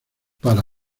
para